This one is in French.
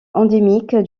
endémique